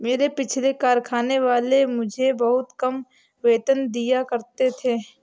मेरे पिछले कारखाने वाले मुझे बहुत कम वेतन दिया करते थे